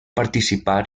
participar